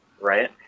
Right